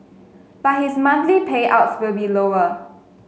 but his monthly payouts will be lower